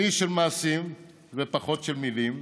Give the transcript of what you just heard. אני איש של מעשים ופחות של מילים,